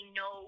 no